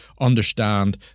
understand